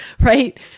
Right